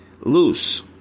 loose